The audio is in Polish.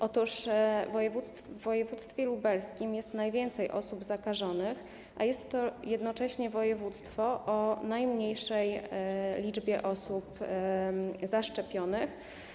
Otóż w województwie lubelskim jest najwięcej osób zakażonych, a jest to jednocześnie województwo o najmniejszej liczbie osób zaszczepionych.